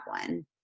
one